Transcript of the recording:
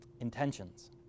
Intentions